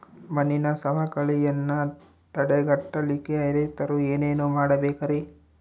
ಮಣ್ಣಿನ ಸವಕಳಿಯನ್ನ ತಡೆಗಟ್ಟಲಿಕ್ಕೆ ರೈತರು ಏನೇನು ಮಾಡಬೇಕರಿ?